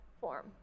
form